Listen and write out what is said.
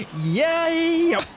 Yay